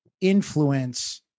influence